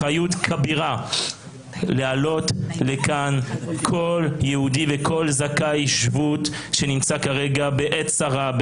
אחריות כבירה להעלות לכאן כל יהודי וכל זכאי שבות שנמצא כרגע בעת צרה,